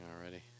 already